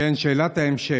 שאלת המשך: